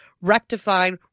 rectified